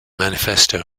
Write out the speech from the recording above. manifesto